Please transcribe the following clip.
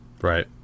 Right